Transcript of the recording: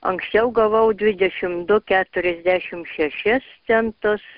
anksčiau gavau dvidešim du keturiasdešim šešis centus